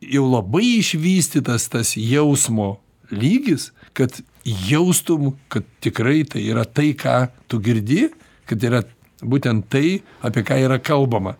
jau labai išvystytas tas jausmo lygis kad jaustum kad tikrai tai yra tai ką tu girdi kad yra būtent tai apie ką yra kalbama